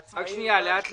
עצמאים --- לאט,